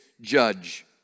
judge